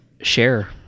Share